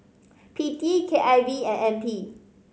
P T K I V and N P